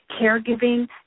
caregiving